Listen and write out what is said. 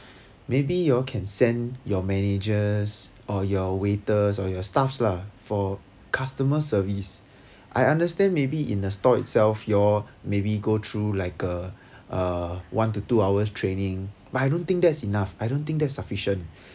maybe you all can send your managers or your waiters or your staffs lah for customer service I understand maybe in the store itself you all maybe go through like a a one to two hours training but I don't think that's enough I don't think there's sufficient